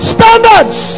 Standards